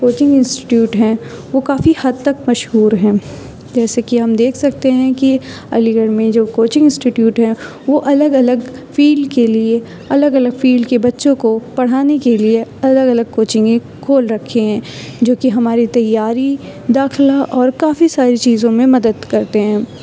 coaching institute ہیں وہ کافی حد تک مشہور ہیں جیسے کہ ہم دیکھ سکتے ہیں کہ علی گڑھ میں جو کوچنگ انسٹیٹیوٹ ہیں وہ الگ الگ فیلڈ کے لیے الگ الگ فیلڈ کے بچوں کو پڑھانے کے لیے الگ الگ کوچنگیں کھول رکھے ہیں جو کہ ہمارے تیاری داخلہ اور کافی ساری چیزوں میں مدد کرتے ہیں